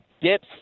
dips